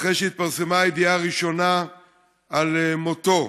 אחרי שהתפרסמה הידיעה הראשונה על מותו